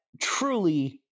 truly